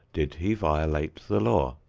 did he violate the law?